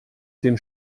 den